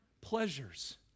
pleasures